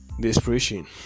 desperation